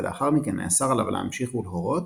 ולאחר מכן נאסר עליו להמשיך ולהורות,